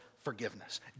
forgiveness